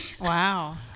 Wow